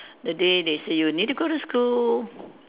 the day they say you need to go to school